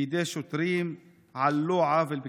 בידי שוטרים על לא עוול בכפו.